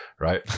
Right